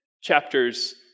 chapters